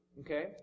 Okay